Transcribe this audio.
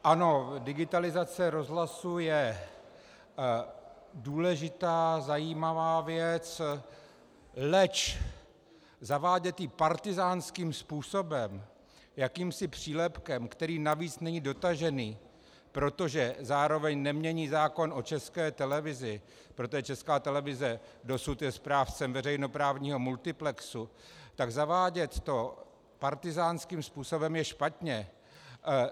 Ano, digitalizace rozhlasu je důležitá, zajímavá věc, leč zavádět ji partyzánským způsobem, jakýmsi přílepkem, který navíc není dotažený, protože zároveň nemění zákon o České televizi, protože Česká televize dosud je správcem veřejnoprávního multiplexu, tak zavádět to partyzánským způsobem je špatně.